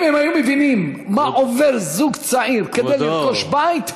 אם הם היו מבינים מה עובר זוג צעיר כדי לרכוש בית,